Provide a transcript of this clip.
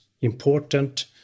important